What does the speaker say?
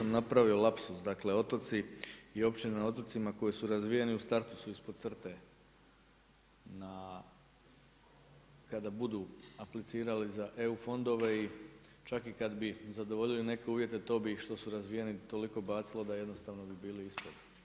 Možda sam napravio lapsus, dakle otoci i općine na otocima koji su razvijeni u startu su ispod crte na kada budu aplicirali za EU fondove i čak i kada bi zadovoljili neke uvjete to bi ih što su razvijeni toliko bacilo da jednostavno bi bili ispod.